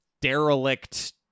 derelict